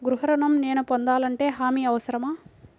గృహ ఋణం నేను పొందాలంటే హామీ అవసరమా?